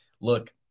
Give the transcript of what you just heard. look